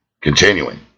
Continuing